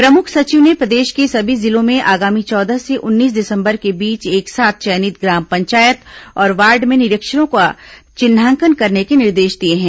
प्रमुख सचिव ने प्रदेश के सभी जिलों में आगामी चौदह से उन्नीस दिसंबर के बीच एक साथ चयनित ग्राम पंचायत और वार्ड में निरीक्षरों का चिन्हांकन करने के निर्देश दिए हैं